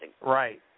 Right